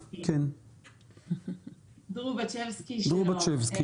דרובצ'סקי, שלום.